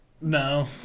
No